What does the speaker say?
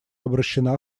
обращена